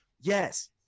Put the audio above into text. yes